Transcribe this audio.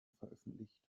veröffentlicht